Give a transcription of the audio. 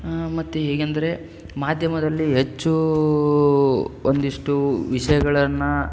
ಮತ್ತು ಹೇಗೆಂದರೆ ಮಾಧ್ಯಮದಲ್ಲಿ ಹೆಚ್ಚು ಒಂದಿಷ್ಟು ವಿಷಯಗಳನ್ನು